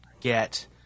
get